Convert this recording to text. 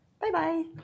Bye-bye